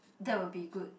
that will be good